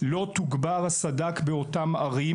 לא תוגבר הסד"כ באותם הערים.